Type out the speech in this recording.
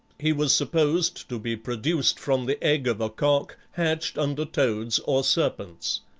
he was supposed to be produced from the egg of a cock hatched under toads or serpents.